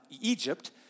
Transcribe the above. Egypt